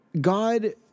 God